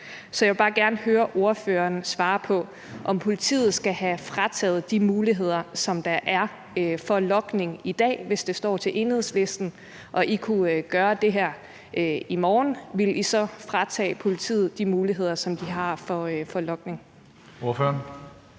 Så jeg vil bare gerne høre ordføreren svare på, om politiet skal have frataget de muligheder, der er for logning i dag, hvis det står til Enhedslisten. Hvis I kunne gøre det her i morgen, ville I så fratage politiet de muligheder, som de har for logning?